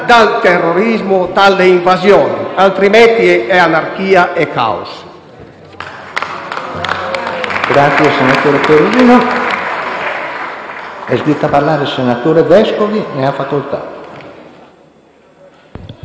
dal terrorismo e dalle invasioni; altrimenti regnano anarchia e caos.